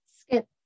Skip